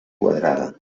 quadrada